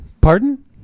Pardon